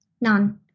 None